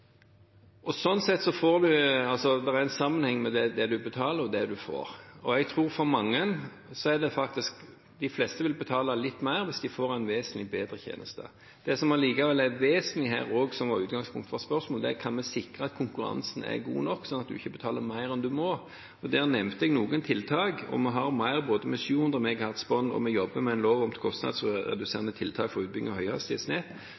er en sammenheng mellom det en betaler, og det en får. Jeg tror at de fleste vil betale litt mer hvis de får en vesentlig bedre tjeneste. Det som likevel er vesentlig her, og som var utgangspunktet for spørsmålet, er om en kan sikre at konkurransen er god nok, slik at en ikke betaler mer enn en må. Der nevnte jeg noen tiltak, og vi har mer, både 700 MHz bånd og at vi jobber med en lov om kostnadsreduserende tiltak for utbygging av